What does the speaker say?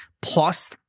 plus